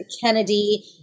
Kennedy